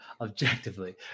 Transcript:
objectively